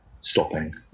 stopping